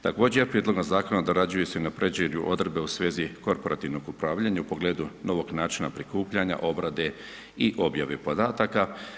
Također, prijedlogom zakona dorađuju se i unapređuju odredbe u svezi korporativnog upravljanja u pogledu novog načina prikupljanja, obrade i objave podataka.